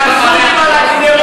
זה "הסורים על הגדרות".